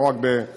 לא רק בחיפה.